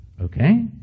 Okay